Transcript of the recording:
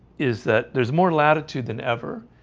is that there's more latitude than ever